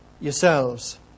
yourselves